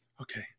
Okay